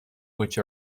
which